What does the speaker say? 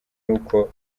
uko